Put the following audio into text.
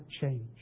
change